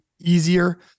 easier